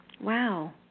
Wow